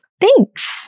Thanks